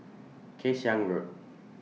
Kay Siang Road